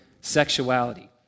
sexuality